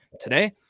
today